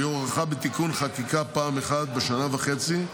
והיא הוארכה בתיקון חקיקה פעם אחת בשנה וחצי,